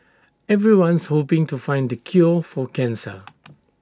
everyone's hoping to find the cure for cancer